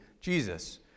Jesus